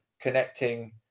connecting